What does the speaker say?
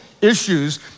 issues